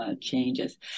changes